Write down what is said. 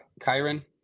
Kyron